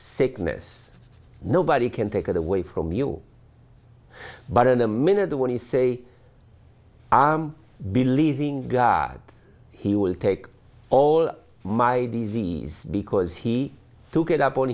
sickness nobody can take it away from you but in a minute when you say i believe in god he will take all my disease because he took it upon